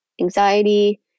anxiety